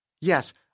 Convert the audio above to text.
Yes